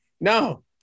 no